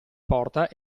porta